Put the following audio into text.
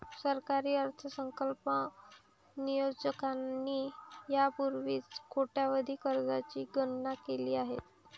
सरकारी अर्थसंकल्प नियोजकांनी यापूर्वीच कोट्यवधी कर्जांची गणना केली आहे